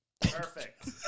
perfect